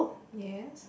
yes